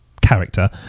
character